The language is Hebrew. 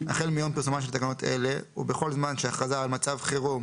החל מיום פרסומן של תקנת אלה ובכל זמן שהכרזה על מצב חירם